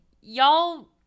y'all